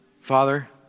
Father